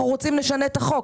אנחנו רוצים לשנות את החוק.